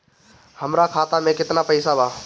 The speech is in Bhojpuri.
हमरा खाता में केतना पइसा बा?